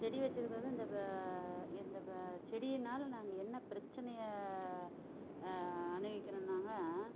செடி வச்சிருக்கிறது இந்த எந்த இப்போ செடினாலும் நாங்கள் எந்த பிரச்சனையை அனுபவிக்கிறோம் நாங்கள்